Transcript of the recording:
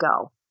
go